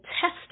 test